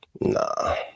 nah